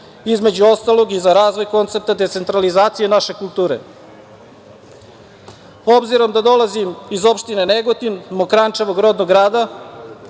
Između ostalog i za razvoj koncepta decentralizacije naše kulture. Obzirom da dolazim iz opštine Negotin, Mokranjčevog rodnog grada,